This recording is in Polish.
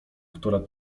która